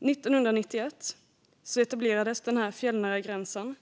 hon. År 1991 etablerades den fjällnära gränsen.